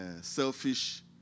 selfish